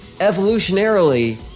evolutionarily